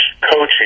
coaching